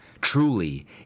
Truly